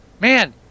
Man